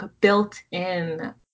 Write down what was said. built-in